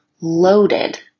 loaded